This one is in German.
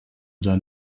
dann